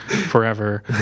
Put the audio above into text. forever